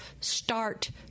start